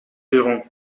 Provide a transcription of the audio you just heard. lirons